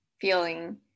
feeling